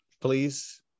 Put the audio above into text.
please